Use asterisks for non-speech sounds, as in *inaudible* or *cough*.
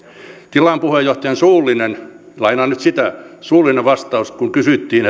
tilan puheenjohtajan suullinen vastaus lainaan nyt sitä kun kysyttiin *unintelligible*